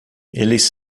eles